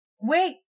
Wait